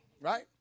right